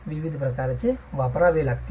विविध प्रकारचे वापरावे लागतील